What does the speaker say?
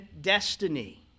destiny